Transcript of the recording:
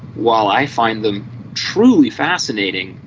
while i find them truly fascinating,